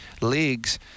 leagues